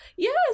Yes